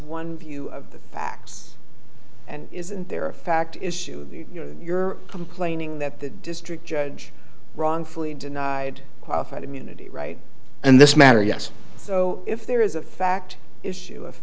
one view of the facts and isn't there a fact issue you're complaining that the district judge wrongfully denied qualified immunity right and this matter yes so if there is a fact issue of